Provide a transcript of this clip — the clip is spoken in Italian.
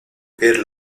per